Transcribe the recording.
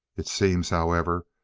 it seems, however,